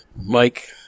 Mike